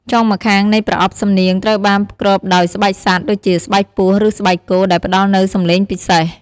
ចុងម្ខាងនៃប្រអប់សំនៀងត្រូវបានគ្របដោយស្បែកសត្វ ដូចជាស្បែកពស់ ឬស្បែកគោ ដែលផ្តល់នូវសំឡេងពិសេស។